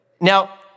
Now